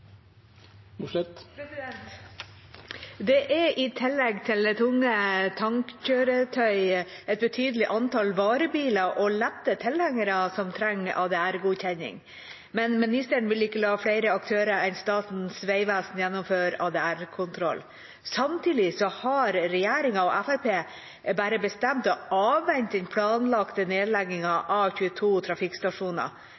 Det er i tillegg til tunge tankkjøretøy et betydelig antall varebiler og lette tilhengere som trenger ADR-godkjenning, men ministeren vil ikke la flere aktører enn Statens vegvesen gjennomføre ADR-kontroll. Samtidig har regjeringa og Fremskrittspartiet bare bestemt å avvente den planlagte